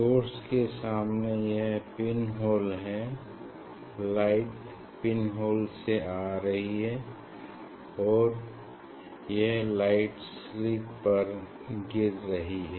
source के सामने यह पिन होल है लाइट पिन होल से आ रही है और यह लाइट स्लिट पर गिर रही है